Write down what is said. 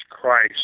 Christ